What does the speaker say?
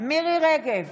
מירי מרים רגב,